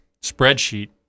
spreadsheet